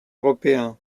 européen